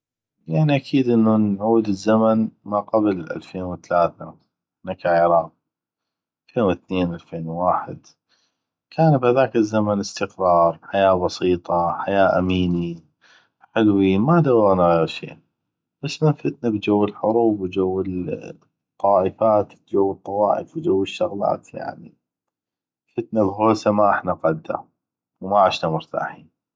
يعني اكيد انو نعود ل زمن ما قبل 2003 احنا ك عراق 2002 أو 2001 كان بهذاك الزمن استقرار حياة بسيطة حياة اميني حلوي ما دوغنا غيغ شي بس من فتنا بجو الحروب والطوائف وجو الشغلات يعني فتنا بهوسه ما احنا قده وما عشنا مرتاحين